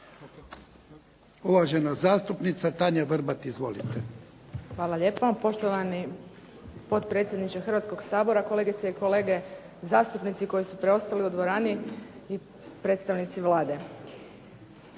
uvažena zastupnica Tanja Vrbat. Izvolite. **Vrbat Grgić, Tanja (SDP)** Hvala lijepa poštovani potpredsjedniče Hrvatskog sabora, kolegice i kolege zastupnici koji su preostali u dvorani i predstavnici Vlade.